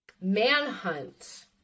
Manhunt